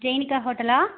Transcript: ஜேனிக்கா ஹோட்டலா